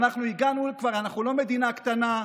ואנחנו כבר לא מדינה קטנה,